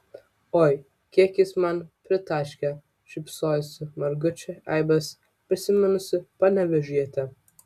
oi kiek jis man pritaškė šypsosi margučio eibes prisiminusi panevėžietė